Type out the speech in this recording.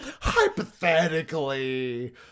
hypothetically